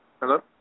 Hello